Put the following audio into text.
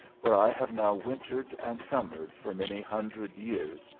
where i have now wintered and summered for many hundred years,